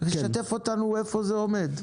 תשתף אותנו איפה זה עומד.